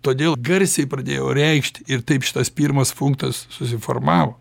todėl garsiai pradėjau reikšti ir taip šitas pirmas punktas susiformavo